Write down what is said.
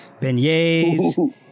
beignets